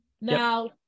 Now